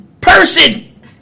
person